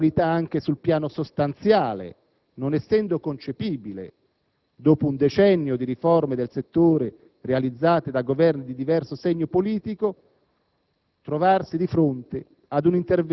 ma un atto di responsabilità anche sul piano sostanziale, non essendo concepibile, dopo un decennio di riforme del settore realizzate da Governi di diverso segno politico,